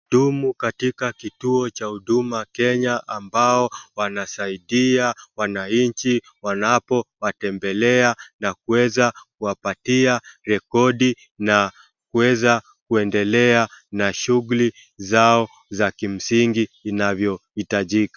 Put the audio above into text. Dumu katika kituo cha Huduma Kenya ambao wanasaidia wananchi wanapowatembelea na kuweza kuwapatia rekodi na kuweza kuendelea na shughuli zao za kimsingi inavyohitajika.